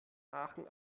aachen